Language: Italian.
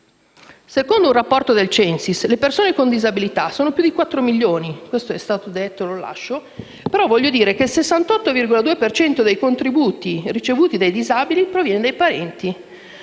Secondo un rapporto del CENSIS le persone con disabilità sono più di 4 milioni (questo è stato detto e lo lascio), ma vorrei dire che il 68,2 per cento dei contributi ricevuti dai disabili proviene dai parenti.